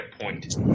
point